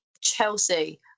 Chelsea